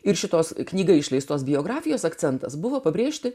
ir šitos knyga išleistos biografijos akcentas buvo pabrėžti